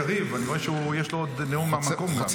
קריב, אני יודע שיש לו עוד נאום מהמקום גם.